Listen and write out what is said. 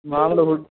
మామూలు